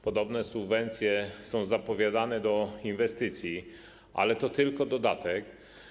Podobne subwencje są zapowiadane do inwestycji, ale to tylko dodatek.